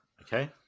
Okay